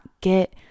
get